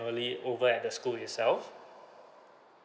annually over at the school itself